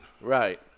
Right